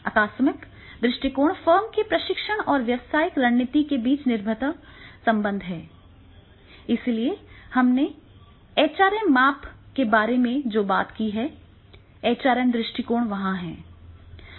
आकस्मिक दृष्टिकोण फर्म के प्रशिक्षण और व्यावसायिक रणनीति के बीच निर्भरता संबंध है इसलिए हमने एचआरएम माप के बारे में जो भी बात की है एचआरएम दृष्टिकोण वहां है